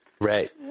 Right